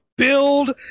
build